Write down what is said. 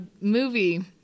movie